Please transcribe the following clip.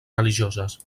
religioses